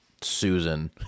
Susan